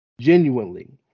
Genuinely